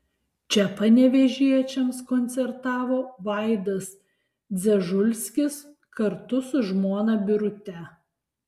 čia panevėžiečiams koncertavo vaidas dzežulskis kartu su žmona birute